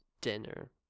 dinner